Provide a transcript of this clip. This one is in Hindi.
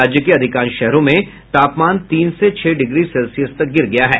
राज्य के अधिकांश शहरों में तापमान तीन से छह डिग्री सेल्सियस तक गिर गया है